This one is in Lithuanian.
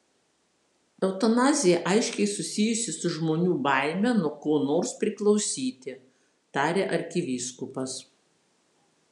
eutanazija aiškiai susijusi su žmonių baime nuo ko nors priklausyti tarė arkivyskupas